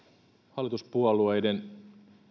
hallituspuolueiden